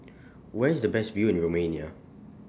Where IS The Best View in Romania